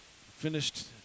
finished